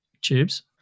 Tubes